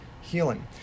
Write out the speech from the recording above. healing